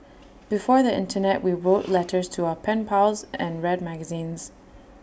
before the Internet we wrote letters to our pen pals and read magazines